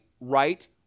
right